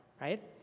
right